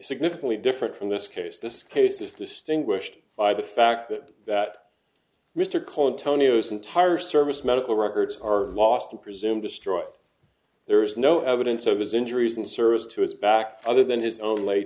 significantly different from this case this case is distinguished by the fact that that mr cullen tonio entire service medical records are lost and presumed destroyed there is no evidence of his injuries in service to his back other than his own late